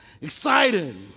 excited